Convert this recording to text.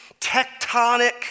tectonic